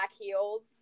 heels